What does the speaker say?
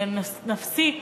ונפסיק